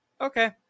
okay